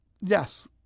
yes